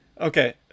Okay